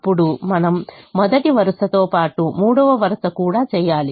అప్పుడు మనం మొదటి వరుసతో పాటు మూడవ వరుస కూడా చేయాలి